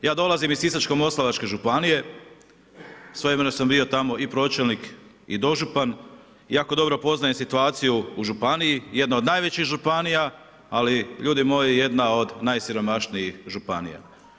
Ja dolazim iz Sisačko-moslavačke županije, svojevremeno sam bio i pročelnik i dožupan, jako dobro poznajem situaciju u županiji, jedna od najvećih županija, ali ljudi moji, jedna od najsiromašnijih županija.